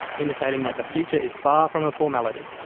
indicating that the future is far from a formality.